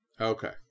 Okay